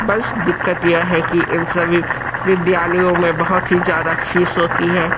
बस दिक्कत यह है कि इन सभी विद्यालयों में बहुत ही ज़्यादा फ़ीस होती है